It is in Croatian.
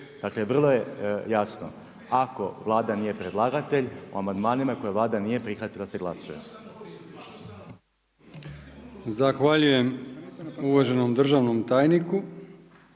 Dakle vrlo je jasno, ako Vlada nije predlagatelj o amandmanima koje Vlada nije prihvatila se glasuje. **Brkić, Milijan (HDZ)** Zahvaljujem uvaženom državnom tajniku.